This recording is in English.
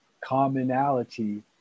commonality